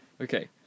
Okay